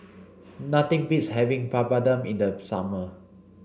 nothing beats having Papadum in the summer